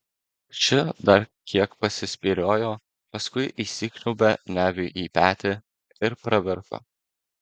ši dar kiek pasispyriojo paskui įsikniaubė neviui į petį ir pravirko